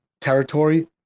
territory